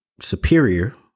superior